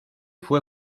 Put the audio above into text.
fue